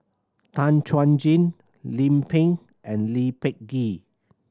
Tan Chuan Jin Lim Pin and Lee Peh Gee